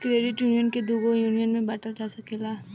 credit union के दुगो union में बॉटल जा सकेला